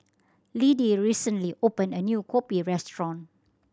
Liddie recently opened a new kopi restaurant